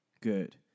Good